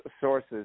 sources